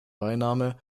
beiname